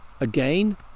Again